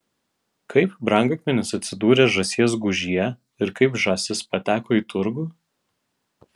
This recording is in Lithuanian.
kaip brangakmenis atsidūrė žąsies gūžyje ir kaip žąsis pateko į turgų